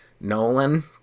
nolan